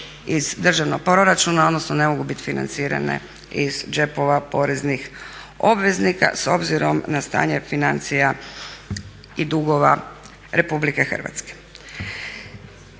iz državnog proračuna, odnosno ne mogu bit financirane iz džepova poreznih obveznika s obzirom na stanje financija i dugova RH.